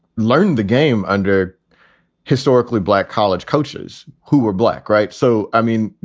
learned the game under historically black college coaches who were black. right. so, i mean,